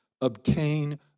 obtain